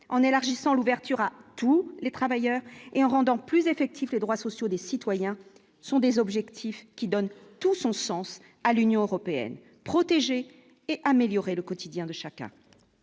en élargissant l'ouverture à tous les travailleurs et en rendant plus effectif les droits sociaux des citoyens sont des objectifs qui donne tout son sens à l'Union européenne, protéger et améliorer le quotidien de chacun,